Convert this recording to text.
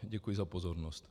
Děkuji za pozornost.